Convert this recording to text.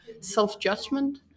self-judgment